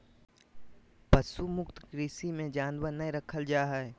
पशु मुक्त कृषि मे जानवर नय रखल जा हय